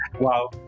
Wow